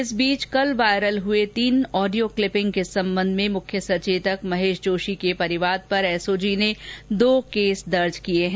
इस बीच कल वायरल हुए तीन ऑडियो क्लिपिंग के संबंध में मुख्य सचेतक महेश जोशी के परिवाद पर एसओजी ने दो केस दर्ज किये हैं